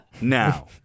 now